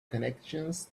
connections